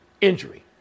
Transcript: injury